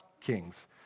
kings